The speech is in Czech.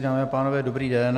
Dámy a pánové, dobrý den.